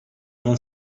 non